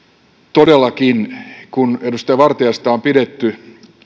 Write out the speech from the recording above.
todellakin kun edustaja vartiaista on pidetty